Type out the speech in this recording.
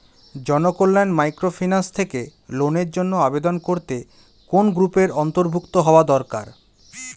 Janakalyan microfinance থেকে লোনের জন্য আবেদন করতে কোন গ্রুপের অন্তর্ভুক্ত হওয়া দরকার?